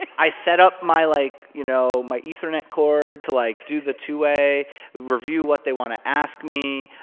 i set up my, like, you know, my ethernet cord to, like, do the two-way, review what they want to ask me.